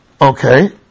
Okay